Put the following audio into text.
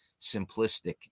simplistic